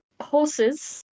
Horses